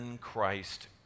Christ